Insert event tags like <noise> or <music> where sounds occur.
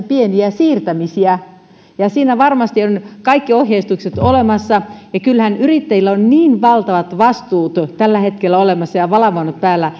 siirtämisiä ja siitä varmasti on kaikki ohjeistukset olemassa ja kyllähän yrittäjillä on niin valtavat vastuut tällä hetkellä olemassa ja valvonnat päällä <unintelligible>